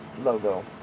logo